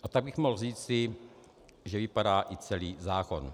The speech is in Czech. A tak bych mohl říci, že vypadá i celý zákon.